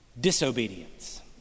Disobedience